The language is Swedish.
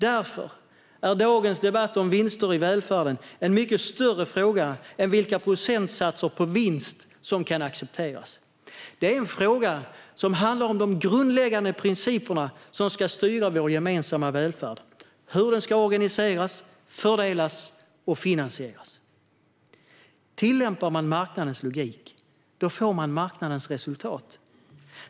Därför är dagens debatt om vinster i välfärden en mycket större fråga än vilka procentsatser på vinst som kan accepteras. Det är en fråga som handlar om de grundläggande principer som ska styra vår gemensamma välfärd - hur den ska organiseras, fördelas och finansieras. Tillämpar man marknadens logik får man marknadens resultat.